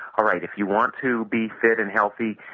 all right if you want to be fit and healthy,